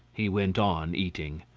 he went on eating.